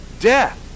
death